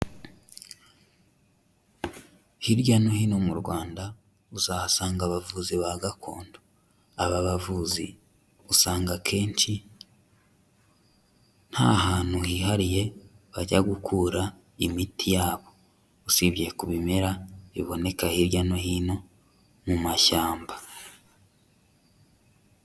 Hirya no hino mu Rwanda uzahasanga abavuzi ba gakondo, aba bavuzi usanga akenshi nta hantu hihariye bajya gukura imiti yabo, usibye ku bimera biboneka hirya no hino mu mashyamba.